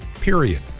Period